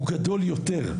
הוא גדול יותר.